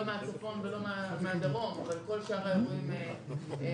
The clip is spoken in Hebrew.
לא מהצפון ולא מהדרום אבל כל שאר האירועים התבטלו.